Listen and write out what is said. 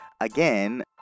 again